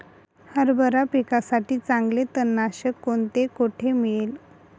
हरभरा पिकासाठी चांगले तणनाशक कोणते, कोठे मिळेल?